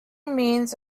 means